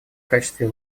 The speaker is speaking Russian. качестве